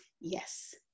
Yes